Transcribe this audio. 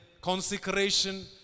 consecration